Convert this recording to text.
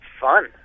Fun